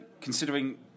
considering